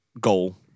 goal